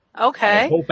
Okay